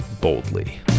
boldly